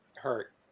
hurt